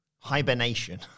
Hibernation